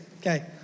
Okay